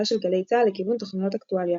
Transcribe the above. של גלי צה"ל לכיוון תוכניות אקטואליה,